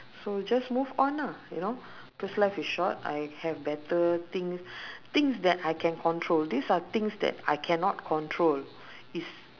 so just move on ah you know cause life is short I have better things things that I can control these are things that I cannot control is